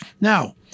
Now